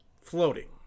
floating